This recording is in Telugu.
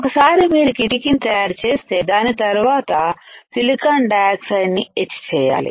ఒకసారి మీరు కిటికీని తయారుచేస్తే దాని తర్వాత సిలికాన్ డయాక్సైడ్ ని ఎచ్ చేయాలి